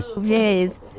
Yes